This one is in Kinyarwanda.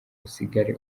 usigare